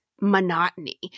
monotony